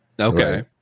Okay